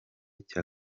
cya